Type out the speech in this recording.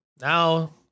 now